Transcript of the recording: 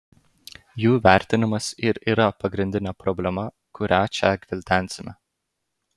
jų įvertinimas ir yra pagrindinė problema kurią čia gvildensime